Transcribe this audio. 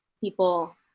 people